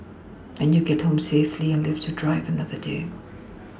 and you get home safely and live to drive another day